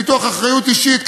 פיתוח אחריות אישית,